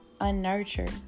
unnurtured